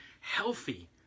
healthy